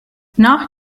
nach